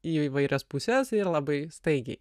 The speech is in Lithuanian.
į įvairias puses ir labai staigiai